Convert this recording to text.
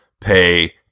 pay